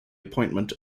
appointment